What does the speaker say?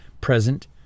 present